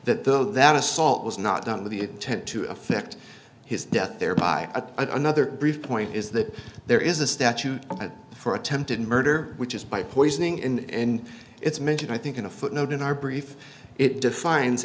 though that assault was not done with the intent to effect his death thereby another brief point is that there is a statute for attempted murder which is by poisoning and it's mentioned i think in a footnote in our brief it defines